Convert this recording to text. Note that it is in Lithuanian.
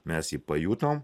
mes jį pajutom